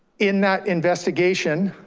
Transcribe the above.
in that investigation,